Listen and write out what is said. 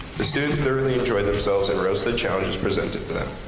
the students thoroughly enjoyed themselves and rose to the challenges presented to them.